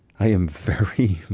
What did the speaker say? i am very,